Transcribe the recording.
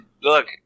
Look